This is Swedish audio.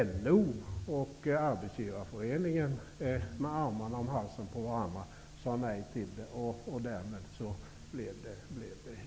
LO och Arbetsgivareföreningen med armarna om halsen på varandra sade nej till det, och därmed blev det ingenting.